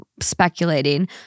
speculating